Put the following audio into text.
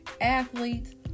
athletes